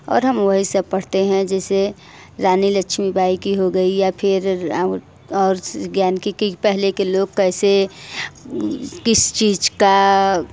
और हम वही सब पढ़ते हैं जैसे रानी लक्ष्मीबाई की हो गई या फिर और ज्ञान की कि पहले के लोग कैसे किस चीज़ का